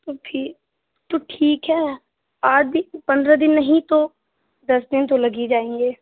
ठीक तो ठीक है आठ दिन पंद्रह दिन नहीं तो दस दिन तो लग ही जाएँगे